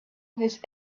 his